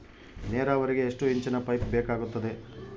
ನೇರಾವರಿಗೆ ಎಷ್ಟು ಇಂಚಿನ ಪೈಪ್ ಬೇಕಾಗುತ್ತದೆ?